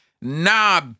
Nah